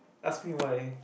ask me why